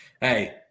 Hey